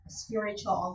spiritual